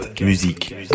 musique